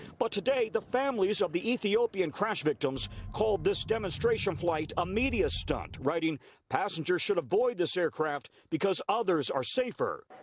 but today, the families of the ethiopian crash victims called this demonstration flight a media stunt writing passengers should avoid this aircraft because others are safer.